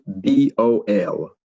B-O-L